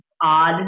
odd